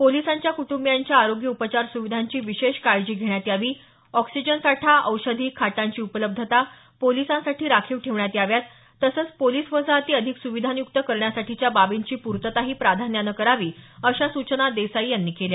पोलिसांच्या कुटुंबियांच्या आरोग्य उपचार सुविधांची विशेष काळजी घेण्यात यावी ऑक्सिजन साठा औषधी खाटांची उपलब्धता पोलिसांसाठी राखीव ठेवण्यात याव्यात तसंच पोलीस वसाहती अधिक सुविधांयुक्त करण्यासाठीच्या बाबींची पूर्तताही प्राधान्यानं करावी अशा सूचना देसाई यांनी केल्या